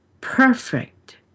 perfect